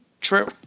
True